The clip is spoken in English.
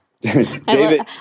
David